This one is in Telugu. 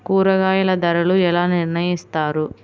కూరగాయల ధరలు ఎలా నిర్ణయిస్తారు?